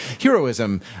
heroism